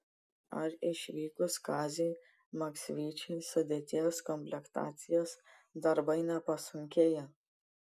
ar išvykus kaziui maksvyčiui sudėties komplektacijos darbai nepasunkėjo